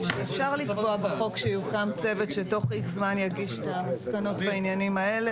אפשר לקבוע בחוק שיוקם צוות שתוך X זמן יגיש את המסקנות בעניינים האלה,